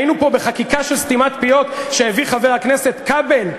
היינו פה בחקיקה של סתימת פיות שהביא חבר הכנסת כבל,